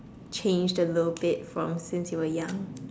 changed a little bit from since you were young